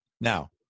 now